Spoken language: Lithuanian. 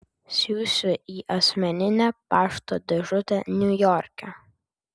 siųsiu į asmeninę pašto dėžutę niujorke